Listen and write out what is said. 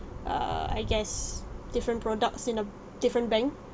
err I guess different products in a different bank